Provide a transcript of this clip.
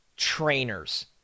trainers